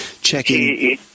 checking